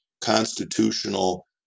constitutional